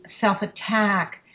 self-attack